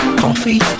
coffee